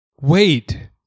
Wait